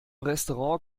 restaurant